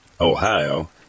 ohio